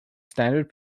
standard